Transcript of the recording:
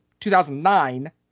2009